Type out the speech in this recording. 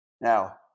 Now